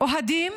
אוהדים